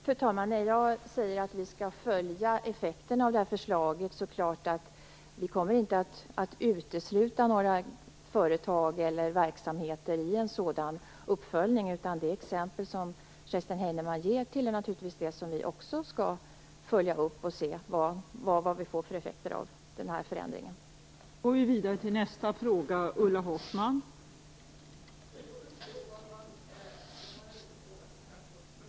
Fru talman! När jag säger att vi skall följa effekterna av förslaget är det klart att vi inte kommer att utesluta några företag eller verksamheter i en sådan uppföljning. Det exempel som Kerstin Heinemann ger tillhör naturligtvis det som vi också skall följa upp och se vilka effekter förändringen får.